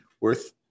worth